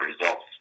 results